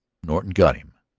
norton got him.